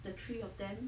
the three of them